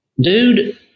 dude